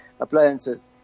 Appliances